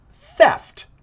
theft